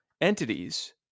entities